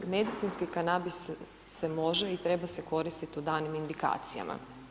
Medicinski kanabis se može i treba se koristiti u danim indikacijama.